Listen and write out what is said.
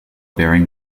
bearing